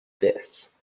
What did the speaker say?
this